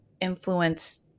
influence